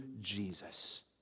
Jesus